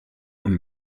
und